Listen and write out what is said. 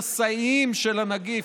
נשאים של הנגיף,